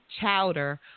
chowder